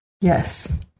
Yes